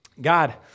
God